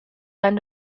end